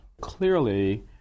Clearly